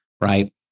right